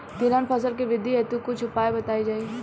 तिलहन फसल के वृद्धी हेतु कुछ उपाय बताई जाई?